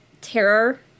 Terror